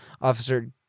Officer